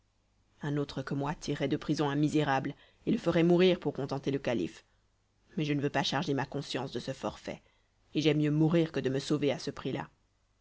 un autre que moi tirerait de prison un misérable et le ferait mourir pour contenter le calife mais je ne veux pas charger ma conscience de ce forfait et j'aime mieux mourir que de me sauver à ce prix-là